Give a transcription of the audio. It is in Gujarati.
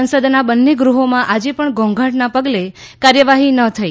સંસદના બંને ગૃહોમાં આજે પણ ઘોંઘાટના પગલે કાર્યવાહી ન થઇ